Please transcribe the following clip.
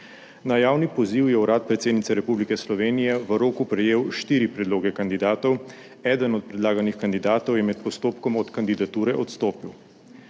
Na javni poziv je Urad predsednice Republike Slovenije v roku prejel štiri predloge kandidatov, eden od predlaganih kandidatov je med postopkom od kandidature odstopil.